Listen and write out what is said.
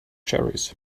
cherries